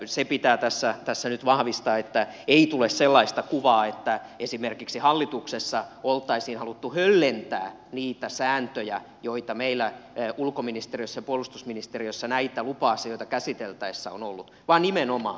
se pitää tässä nyt vahvistaa että ei tule sellaista kuvaa että esimerkiksi hallituksessa olisi haluttu höllentää niitä sääntöjä joita meillä ulkoministeriössä ja puolustusministeriössä näitä lupa asioita käsiteltäessä on ollut vaan nimenomaan